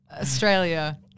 Australia